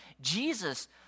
Jesus